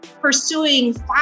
pursuing